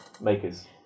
makers